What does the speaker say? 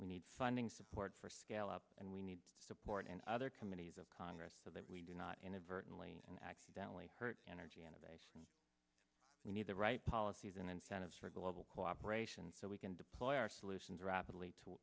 we need funding support for scale up and we need support in other committees of congress so that we do not inadvertently and accidentally hurt energy innovation we need the right policies in incentives for global cooperation so we can deploy our solutions rapidly to